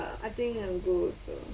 uh I think I'm good so